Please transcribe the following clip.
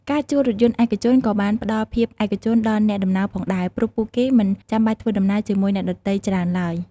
ការជួលរថយន្តឯកជនក៏បានផ្តល់ភាពឯកជនដល់អ្នកដំណើរផងដែរ ព្រោះពួកគេមិនចាំបាច់ធ្វើដំណើរជាមួយអ្នកដទៃច្រើនឡើយ។